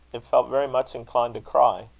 it felt very much inclined to cry.